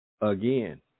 again